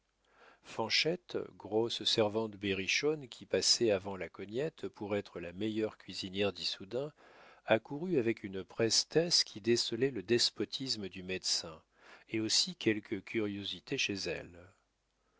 fanchette grosse servante berrichonne qui passait avant la cognette pour être la meilleure cuisinière d'issoudun accourut avec une prestesse qui décelait le despotisme du médecin et aussi quelque curiosité chez elle